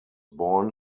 born